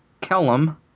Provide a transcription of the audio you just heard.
Kellum